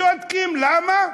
שותקים למה?